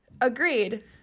agreed